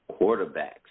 quarterbacks